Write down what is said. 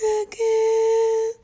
again